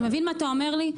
אתה מבין מה אתה אומר לי?